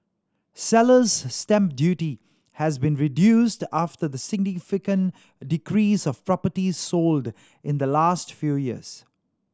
seller's stamp duty has been reduced after the significant decrease of properties sold in the last few years